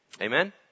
Amen